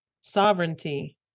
sovereignty